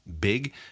big